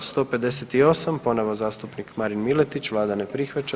158. ponovo zastupnik Marin Miletić, Vlada ne prihvaća.